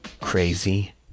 crazy